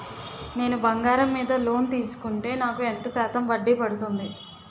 నేను బంగారం మీద లోన్ తీసుకుంటే నాకు ఎంత శాతం వడ్డీ పడుతుంది?